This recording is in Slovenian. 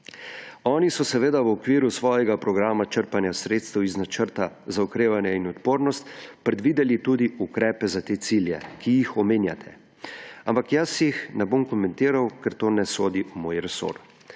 Oni so seveda v okviru svojega programa črpanja sredstev iz Načrta za okrevanje in odpornost predvideli tudi ukrepe za te cilje, ki jih omenjate. Ampak jaz jih ne bom komentiral, ker to ne sodi v moj resor.